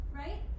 right